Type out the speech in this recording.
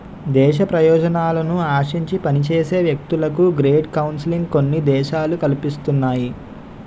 దేశ ప్రయోజనాలను ఆశించి పనిచేసే వ్యక్తులకు గ్రేట్ కౌన్సిలింగ్ కొన్ని దేశాలు కల్పిస్తున్నాయి